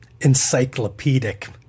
encyclopedic